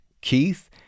Keith